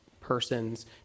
person's